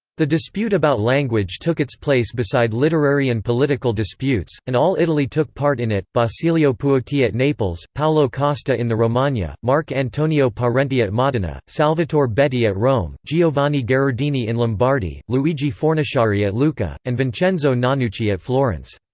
the dispute about language took its place beside literary and political disputes, and all italy took part in it basilio puoti at naples, paolo costa in the romagna, marc antonio parenti at modena, salvatore betti at rome, giovanni gherardini in lombardy, luigi fornaciari at lucca, and vincenzo nannucci at florence.